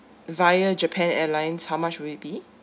via japan airlines how much would it be